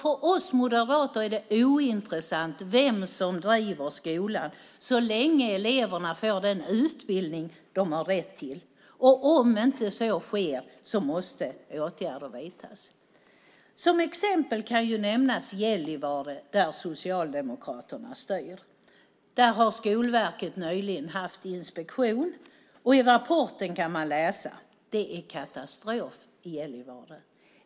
För oss moderater är det ointressant vem som driver skolan så länge eleverna får den utbildning de har rätt till, och om inte så sker måste åtgärder vidtas. Som exempel kan nämnas Gällivare, där Socialdemokraterna styr. Där har Skolverket nyligen haft inspektion, och i rapporten kan man läsa att det är katastrof i Gällivare.